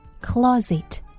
Closet